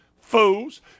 fools